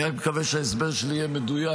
אני רק מקווה שההסבר שלי יהיה מדויק.